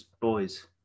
Boys